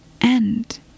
end